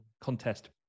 contest